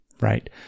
right